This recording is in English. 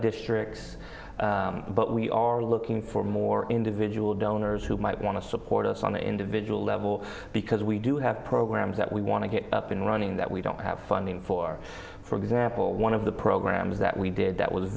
districts but we are looking for more individual donors who might want to support us on the individual level because we do have programs that we want to get up and running that we don't have funding for for example one of the programs that we did that was